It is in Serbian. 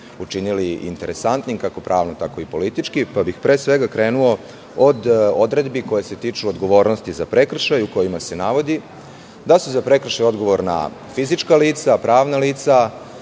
učinili interesantni, kako pravno, tako i politički, pa bih pre svega krenuo od odredbi koje se tiču odgovornosti za prekršaj u kojima se navodi da su za prekršaj odgovorna fizička lica, pravna lica,